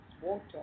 water